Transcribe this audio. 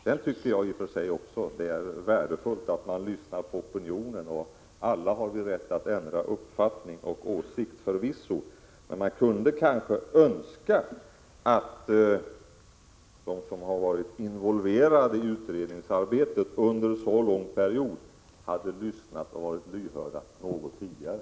Sedan tycker jag i och för sig också att det är värdefullt att man lyssnar på opinionen. Och alla har vi rätt att ändra uppfattning och åsikt — förvisso. Men man kunde kanske önska att de som har varit involverade i utredningsarbetet under så lång tid hade lyssnat och varit lyhörda något tidigare.